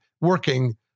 working